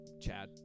Chad